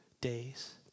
days